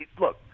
look